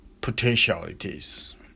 potentialities